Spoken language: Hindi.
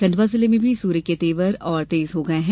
खंडवा जिले में भी सूर्य के तेवर और तेज हो गए हैं